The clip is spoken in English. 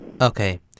Okay